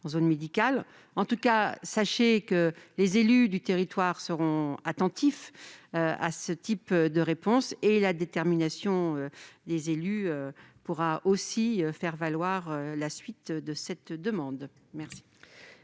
en tout cas, que les élus du territoire seront attentifs à ce type de réponse ; la détermination des élus pourra aussi faire valoir la suite de cette demande. La